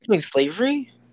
slavery